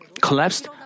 collapsed